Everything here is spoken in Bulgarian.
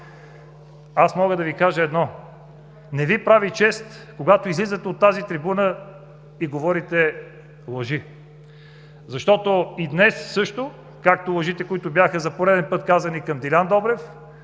Мога да Ви кажа едно: не Ви прави чест, когато излизате от тази трибуна и говорите лъжи. Защото и днес също, както лъжите, които бяха казани за пореден път към Делян Добрев,